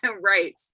Right